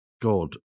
God